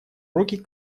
руки